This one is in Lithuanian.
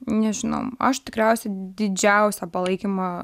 nežinau aš tikriausiai didžiausią palaikymą